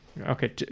Okay